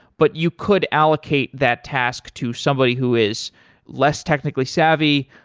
but you could allocate that task to somebody who is less technically savvy,